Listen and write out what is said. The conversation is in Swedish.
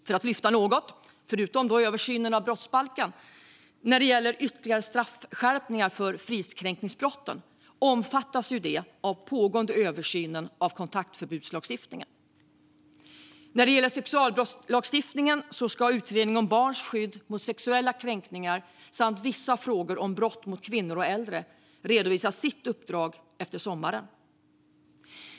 För att lyfta fram något utöver översynen av brottsbalken kan jag nämna att ytterligare straffskärpningar av fridskränkningsbrotten omfattas av den pågående översynen av kontaktförbudslagstiftningen. När det gäller sexualbrottslagstiftningen ska Utredningen om barns skydd mot sexuella kränkningar samt vissa frågor om brott mot kvinnor och äldre redovisa sina slutsatser efter sommaren.